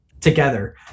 together